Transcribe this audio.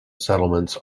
settlements